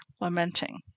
lamenting